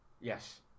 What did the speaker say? Yes